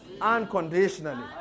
Unconditionally